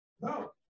No